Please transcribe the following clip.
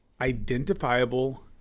identifiable